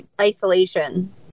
isolation